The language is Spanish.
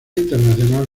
internacional